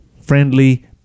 friendly